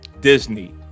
Disney